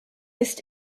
ist